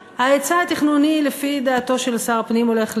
ההיצע התכנוני, לפי דעתו של שר הפנים, הולך לגדול,